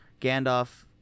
gandalf